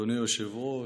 אדוני היושב-ראש.